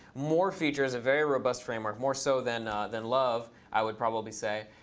more features, a very robust framework, more so than than love, i would probably say.